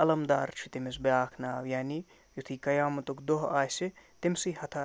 علم دار چھِ تٔمِس بیٛاکھ ناو یعنی یُتھُے قیامتُک دۄہ آسہِ تٔمۍسٕے ہتھا